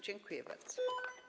Dziękuję bardzo.